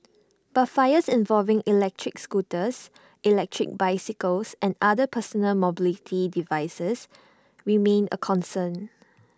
but fires involving electric scooters electric bicycles and other personal mobility devices remain A concern